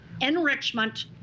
enrichment